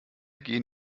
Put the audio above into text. gehen